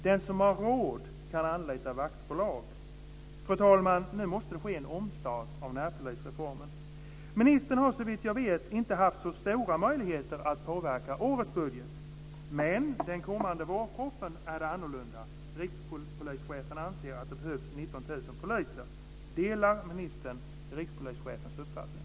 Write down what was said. Den som har råd kan anlita vaktbolag. Fru talman! Nu måste det ske en omstart av närpolisreformen. Ministern har såvitt jag vet inte haft så stora möjligheter att påverka årets budget. Men med den kommande vårpropositionen är det annorlunda. Rikspolischefen anser att det behövs 19 000 poliser. Delar ministern rikspolischefens uppfattning?